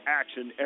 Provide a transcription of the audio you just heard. action